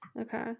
Okay